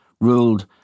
ruled